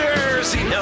Jersey